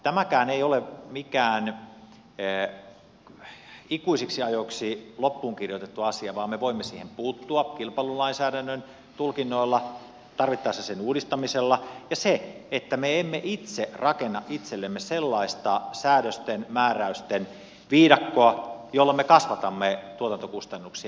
tämäkään ei ole mikään ikuisiksi ajoiksi loppuun kirjoitettu asia vaan me voimme siihen puuttua kilpailulainsäädännön tulkinnoilla tarvittaessa sen uudistamisella ja sillä että me emme itse rakenna itsellemme sellaista säädösten määräysten viidakkoa jolla me kasvatamme tuotantokustannuksia